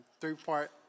three-part